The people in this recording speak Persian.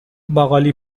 باقالی